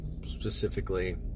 specifically